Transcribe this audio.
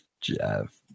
Jeff